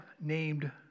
named